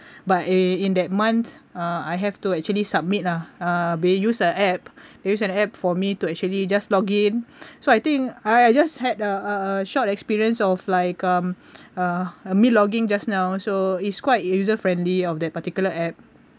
but in that month I have to actually submit ah uh they use a app they use an app for me to actually just log in so I think I just had a a a short experience of like um uh uh meal logging just now so is quite user friendly of that particular app